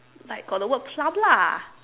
like got the word plum lah